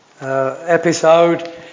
episode